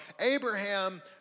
Abraham